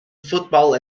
football